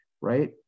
right